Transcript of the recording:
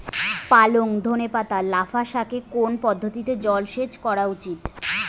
পালং ধনে পাতা লাফা শাকে কোন পদ্ধতিতে জল সেচ করা উচিৎ?